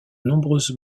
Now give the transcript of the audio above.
nombreuses